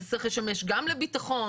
אז זה צריך לשמש גם לביטחון,